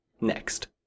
next